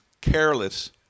careless –